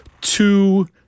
two